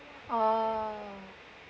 uh